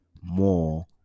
more